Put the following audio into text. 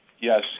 Yes